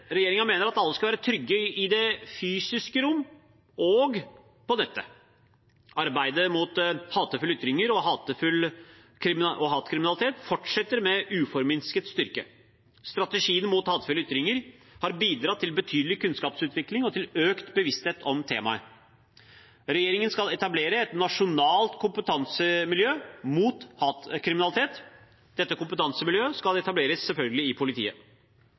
mener at alle skal være trygge i det fysiske rom og på nettet. Arbeidet mot hatefulle ytringer og hatkriminalitet fortsetter med uforminsket styrke. Strategien mot hatefulle ytringer har bidratt til betydelig kunnskapsutvikling og til økt bevissthet om temaet. Regjeringen skal etablere et nasjonalt kompetansemiljø mot hatkriminalitet, og dette kompetansemiljøet skal selvfølgelig etableres i politiet.